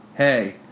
Hey